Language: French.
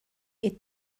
est